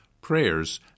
prayers